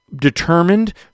determined